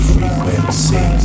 Frequency